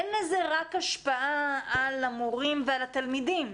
אין לזה רק השפעה על המורים ועל התלמידים,